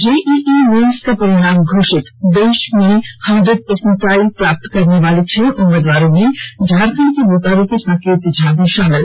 JEE mains का परिणाम घोषित देश में हंडरेड पर्सेटाइल प्राप्त करनेवाले छह उम्मीदवारों में झारखंड के बोकारो के साकेत झा भी शामिल